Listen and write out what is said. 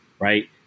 right